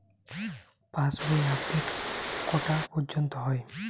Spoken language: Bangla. পাশ বই আপডেট কটা পর্যন্ত হয়?